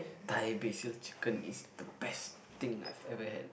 Thai Basil Chicken is the best thing I've ever had